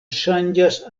ŝanĝas